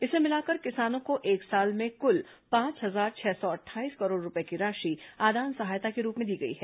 इसे मिलाकर किसानों को एक साल में कुल पांच हजार छह सौ अट्ठाईस करोड़ रूपये की राशि आदान सहायता के रूप में दी गई है